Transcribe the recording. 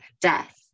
death